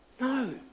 No